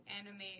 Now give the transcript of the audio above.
animate